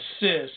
assist